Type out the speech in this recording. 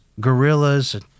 Gorillas